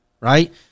right